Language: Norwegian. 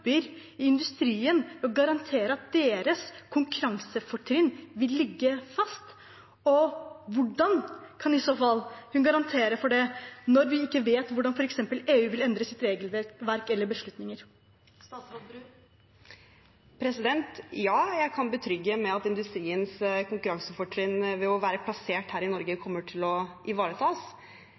i industrien og garantere at deres konkurransefortrinn vil ligge fast? Og hvordan kan hun i så fall garantere det når vi ikke vet hvordan f.eks. EU vil endre sitt regelverk eller sine beslutninger? Ja, jeg kan betrygge med at industriens konkurransefortrinn ved å være plassert her i Norge kommer til å ivaretas.